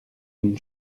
une